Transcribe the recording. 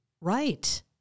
right